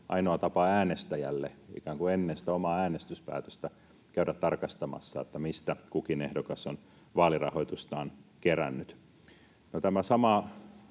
tehnyt, äänestäjälle ikään kuin ennen sitä omaa äänestyspäätöstä käydä tarkastamassa, mistä kukin ehdokas on vaalirahoitustaan kerännyt. No tämä sama